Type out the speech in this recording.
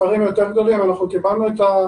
הסבירים כדי לגרום לכך שהמגיפה תיעצר.